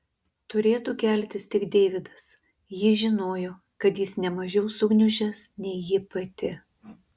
turėtų keltis tik deividas ji žinojo kad jis ne mažiau sugniužęs nei ji pati